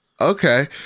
okay